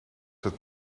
het